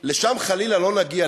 לשם חלילה לא נגיע,